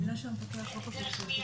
נגישות לחשבונות הבנק,